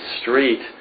street